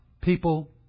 People